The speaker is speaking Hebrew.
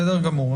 בסדר גמור.